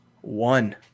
One